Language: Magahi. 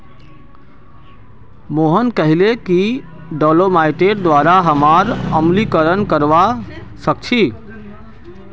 मोहन कहले कि डोलोमाइटेर द्वारा हमरा अम्लीकरण करवा सख छी